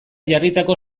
jarritako